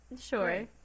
Sure